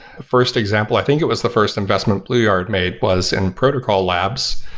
first example, i think it was the first investment blueyard made was in protocol labs,